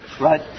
right